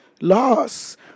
loss